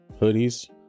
hoodies